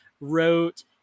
wrote